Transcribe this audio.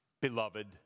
beloved